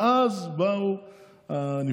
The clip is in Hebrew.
ואז באה הנבחרת,